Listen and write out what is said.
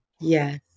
Yes